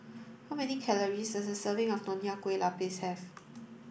how many calories does a serving of Nonya Kueh Lapis have